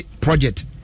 project